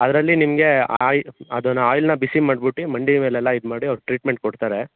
ಅದರಲ್ಲಿ ನಿಮಗೆ ಆಯ್ಲ್ ಅದುನ್ನ ಆಯ್ಲ್ನ ಬಿಸಿ ಮಾಡ್ಬುಟ್ಟು ಮಂಡಿ ಮೇಲೆಲ್ಲ ಇದು ಮಾಡಿ ಅವ್ರು ಟ್ರೀಟ್ಮೆಂಟ್ ಕೊಡ್ತಾರೆ